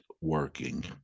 working